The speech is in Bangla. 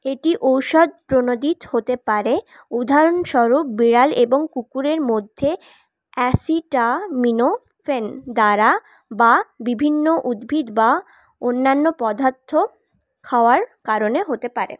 এটি ঔষধ প্রণোদিত হতে পারে উদাহরণস্বরূপ বিড়াল এবং কুকুরের মধ্যে অ্যাসিটামিনোফেন দ্বারা বা বিভিন্ন উদ্ভিদ বা অন্যান্য পদার্থ খাওয়ার কারণে হতে পারে